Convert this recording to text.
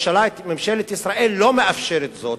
ממשלת ישראל לא מאפשרת זאת.